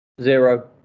Zero